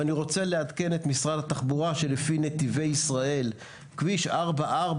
אני רוצה לעדכן את משרד התחבורה שלפי נתיבי ישראל כביש 444,